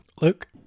Luke